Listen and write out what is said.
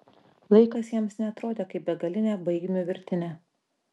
laikas jiems neatrodo kaip begalinė baigmių virtinė